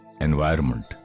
environment